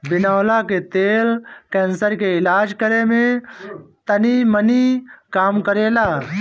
बिनौला के तेल कैंसर के इलाज करे में तनीमनी काम करेला